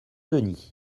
denis